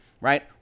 right